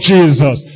Jesus